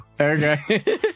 Okay